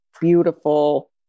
beautiful